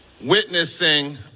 witnessing